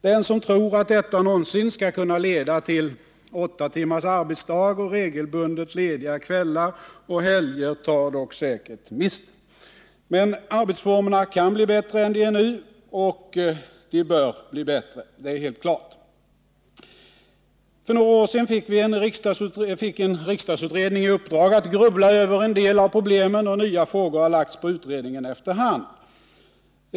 Den som tror att detta någonsin skall kunna leda till åtta timmars arbetsdag och regelbundet lediga kvällar och helger tar säkert miste. Men arbetsformerna kan bli bättre än de är nu och de bör bli det — det är helt klart. För några år sedan fick en riksdagsutredning i uppdrag att grubbla över en del av problemen, och nya frågor har efter hand lagts på utredningen.